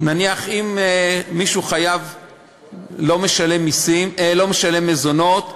נניח, אם מישהו לא משלם מזונות,